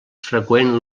freqüent